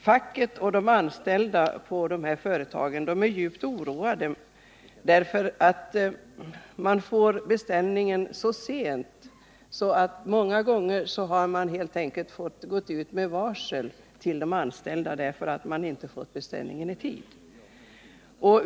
Facket och de anställda på de aktuella företagen är djupt oroade, eftersom beställningar utgår så sent att man av den anledningen helt enkelt fått gå ut med varsel till de anställda.